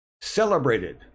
celebrated